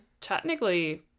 technically